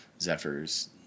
Zephyr's